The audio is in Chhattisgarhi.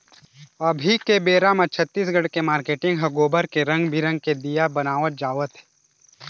अभी के बेरा म छत्तीसगढ़ के मारकेटिंग ह गोबर ले रंग बिंरग के दीया बनवात जावत हे